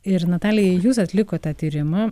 ir natalija jus atlikot tą tyrimą